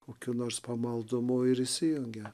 kokiu nors pamaldumu ir įsijungia